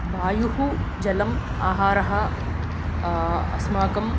वायुः जलम् आहारः अस्माकम्